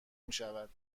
میشود